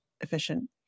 efficient